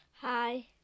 hi